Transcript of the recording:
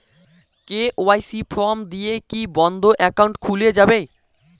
KYC form দিয়ে কি বন্ধ একাউন্ট খুলে যাবে?